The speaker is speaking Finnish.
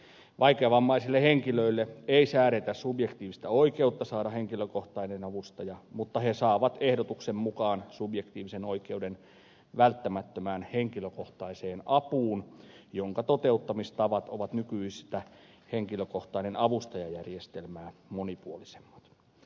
vaikeavammaisille henkilöille ei säädetä subjektiivista oikeutta saada henkilökohtainen avustaja mutta he saavat ehdotuksen mukaan subjektiivisen oikeuden välttämättömään henkilökohtaiseen apuun jonka toteuttamistavat ovat nykyistä henkilökohtaisen avustajan järjestelmää monipuolisemmat